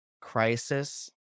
crisis